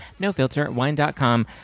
NoFilterWine.com